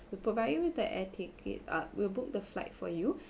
we'll provide you the air tickets uh we'll book the flight for you